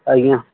ଆଜ୍ଞା